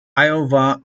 iowa